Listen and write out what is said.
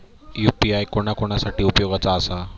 UPI कोणा कोणा साठी उपयोगाचा आसा?